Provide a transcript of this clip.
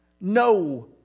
No